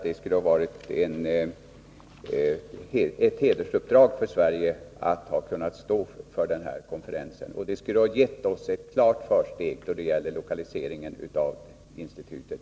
Det skulle ha varit ett hedersuppdrag för Sverige att få stå för den här konferensen. Vid det slutliga avgörandet skulle det ha gett oss ett klart försteg då det gäller lokaliseringen av institutet.